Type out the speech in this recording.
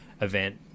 event